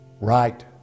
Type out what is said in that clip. Right